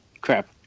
Crap